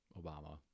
Obama